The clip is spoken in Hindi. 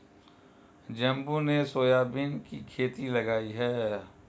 जम्बो ने सोयाबीन की खेती लगाई है